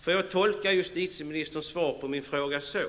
Får jag tolka justitieministerns svar på min fråga så,